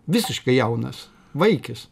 visiškai jaunas vaikis